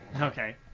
Okay